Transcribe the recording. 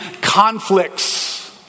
conflicts